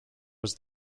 was